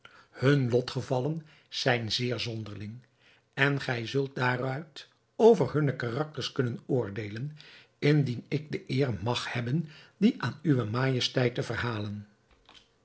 hunne lotgevallen zijn zeer zonderling en gij zult daaruit over hunne karakters kunnen oordeelen indien ik de eer mag hebben die aan uwe majesteit te verhalen